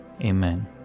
amen